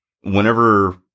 whenever